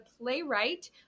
playwright